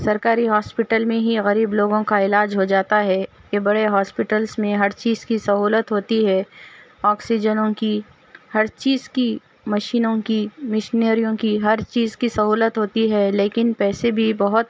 سرکاری ہاسپیٹل میں ہی غریب لوگوں کا علاج ہو جاتا ہے یہ بڑے ہاسپیٹلس میں ہر چیز کی سہولت ہوتی ہے آکسیجنوں کی ہر چیز کی مشینوں کی مشنریوں کی ہر چیز کی سہولت ہوتی ہے لیکن پیسے بھی بہت